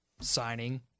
signing